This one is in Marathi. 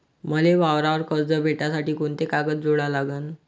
मले वावरावर कर्ज भेटासाठी कोंते कागद जोडा लागन?